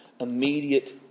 Immediate